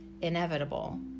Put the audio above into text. inevitable